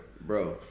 bro